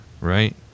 Right